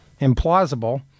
implausible